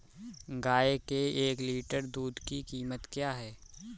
गाय के एक लीटर दूध की कीमत क्या है?